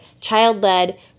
child-led